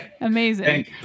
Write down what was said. amazing